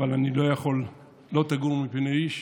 אבל אני לא יכול, "לא תגורו מפני איש",